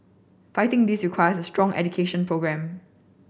fighting this requires strong education programme